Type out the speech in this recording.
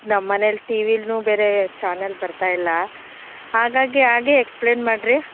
ನಮ್ಮ ಮನೇಲ್ಲಿ ಟಿ ವಿಲ್ಲು ಬೇರೆ ಚಾನಲ್ ಬರ್ತಾಯಿಲ್ಲ ಹಾಗಾಗಿ ಹಾಗೇ ಎಕ್ಸ್ಪ್ಲೇನ್ ಮಾಡಿರಿ